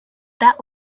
that